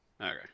Okay